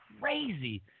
crazy